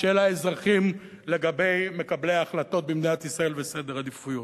של האזרחים לגבי מקבלי ההחלטות במדינת ישראל וסדר עדיפויות.